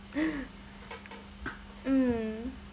mm